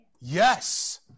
Yes